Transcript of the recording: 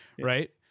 right